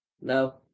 No